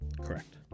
Correct